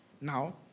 Now